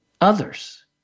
others